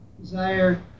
Desire